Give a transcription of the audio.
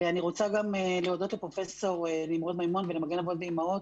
אני רוצה גם להודות לפרופ' נמרוד מימון ול"מגן האבות ואימהות",